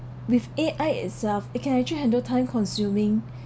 with A_I itself in can actually handle time consuming